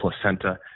placenta